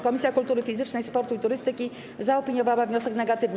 Komisja Kultury Fizycznej, Sportu i Turystyki zaopiniowała wniosek negatywnie.